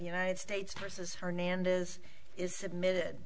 united states versus hernandez is submitted